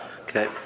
Okay